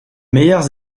meilleurs